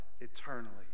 eternally